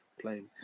playing